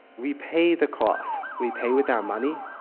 we pay the costs. we pay with our money.